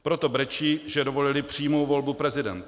Proto brečí, že dovolili přímou volbu prezidenta.